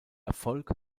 erfolg